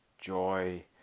joy